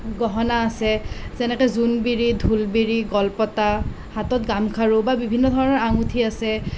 গহনা আছে যেনেকৈ জোনবিৰি ঢোলবিৰি গলপতা হাতত গামখাৰু বা বিভিন্ন ধৰণৰ আঙুঠি আছে